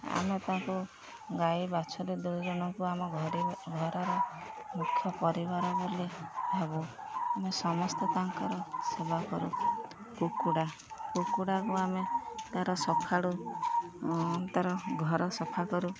ଆମେ ତାଙ୍କୁ ଗାଈ ବାଛୁରୀ ଦୁଇଜଣକୁ ଆମ ଘର ଘରର ମୁଖ ପରିବାର ବୋଲି ଭାବୁ ଆମେ ସମସ୍ତେ ତାଙ୍କର ସେବା କରୁ କୁକୁଡ଼ା କୁକୁଡ଼ାକୁ ଆମେ ତା'ର ତା'ର ଘର ସଫା କରୁ